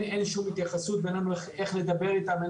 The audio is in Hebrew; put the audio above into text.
שום התייחסות ואין לנו איך לדבר איתם.